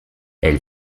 elle